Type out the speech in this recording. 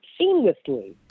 seamlessly